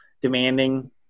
demanding